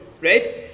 right